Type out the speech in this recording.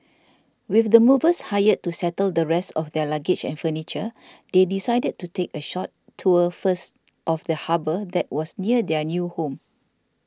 with the movers hired to settle the rest of their luggage and furniture they decided to take a short tour first of the harbour that was near their new home